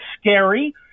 scary